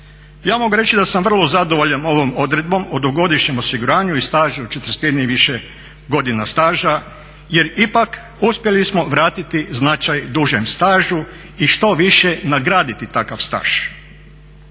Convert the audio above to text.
Ja mogu reći da sam vrlo zadovoljan ovom odredbom o godišnjem osiguranju i stažu od 41 i više godina staža jer ipak uspjeli smo vratiti značaj dužem stažu i što više nagraditi takav staž.